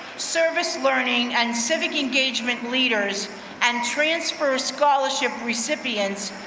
service learning and civic engagement leaders and transfer scholarship recipients,